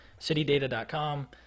citydata.com